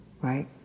right